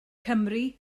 cymru